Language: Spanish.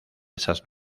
esas